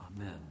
amen